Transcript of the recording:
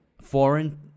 foreign